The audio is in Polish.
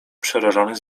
przerażonych